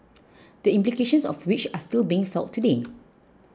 the implications of which are still being felt today